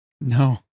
No